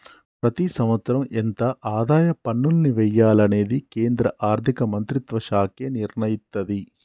ప్రతి సంవత్సరం ఎంత ఆదాయ పన్నుల్ని వెయ్యాలనేది కేంద్ర ఆర్ధిక మంత్రిత్వ శాఖే నిర్ణయిత్తది